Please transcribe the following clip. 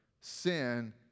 sin